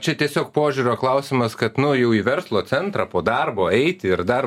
čia tiesiog požiūrio klausimas kad nu jau į verslo centrą po darbo eiti ir dar